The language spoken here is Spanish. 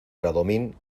bradomín